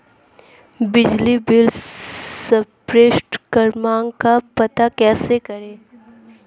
बिजली bill service क्रमांक का पता कैसे करें?